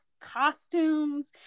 costumes